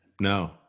no